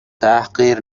تحقیر